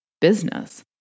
business